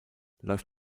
läuft